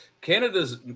Canada's